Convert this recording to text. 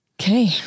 Okay